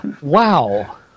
Wow